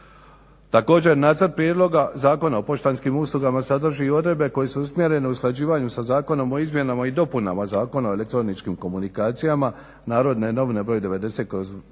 Također, Nacrt prijedloga Zakona o poštanskim uslugama sadrži i odredbe koje su usmjerene usklađivanju sa Zakonom o izmjenama i dopunama Zakona o elektroničkim komunikacijama, "Narodne novine" broj